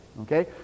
Okay